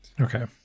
Okay